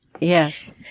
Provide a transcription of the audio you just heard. Yes